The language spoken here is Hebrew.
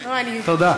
תודה.